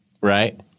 right